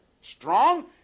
strong